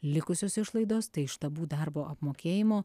likusios išlaidos tai štabų darbo apmokėjimo